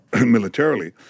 militarily